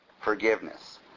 forgiveness